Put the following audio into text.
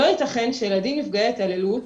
לא ייתכן שילדים נפגעי התעללות,